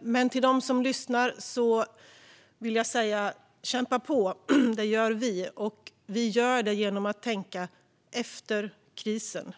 Men till dem som lyssnar vill jag säga: Kämpa på! Det gör vi, genom att tänka på vad vi behöver efter krisen.